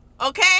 Okay